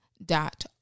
dot